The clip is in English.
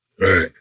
Right